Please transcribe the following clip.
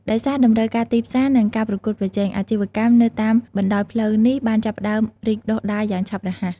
ដោយសារតម្រូវការទីផ្សារ និងការប្រកួតប្រជែង អាជីវកម្មនៅតាមបណ្ដោយផ្លូវនេះបានចាប់ផ្ដើម រីកដុះដាលយ៉ាងឆាប់រហ័ស។